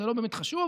זה לא באמת חשוב.